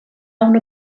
una